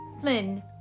Flynn